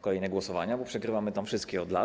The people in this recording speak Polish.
kolejne głosowania, bo przegrywamy tam wszystkie od lat.